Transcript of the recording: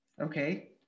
Okay